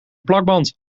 plakband